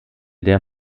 der